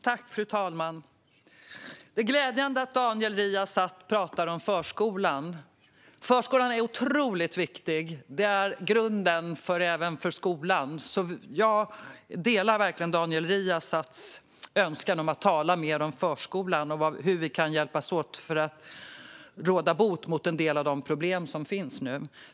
Fru talman! Det är glädjande att Daniel Riazat talar om förskolan. Förskolan är otroligt viktig. Den är grunden även för skolan. Jag delar verkligen Daniel Riazats önskan om att tala mer om förskolan och hur vi kan hjälpas åt för att råda bot på en del av de problem som nu finns.